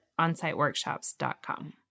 onsiteworkshops.com